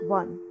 one